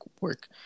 work